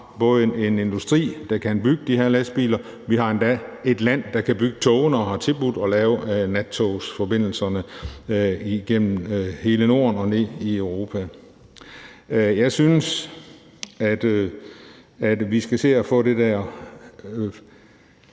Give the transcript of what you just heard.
har en industri, der kan bygge de her lastbiler, og endda et land, der kan bygge togene og har tilbudt at etablere nattogsforbindelserne igennem hele Norden og ned i Europa. Jeg synes, at vi skal se at få det der